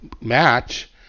match